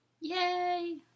Yay